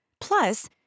Plus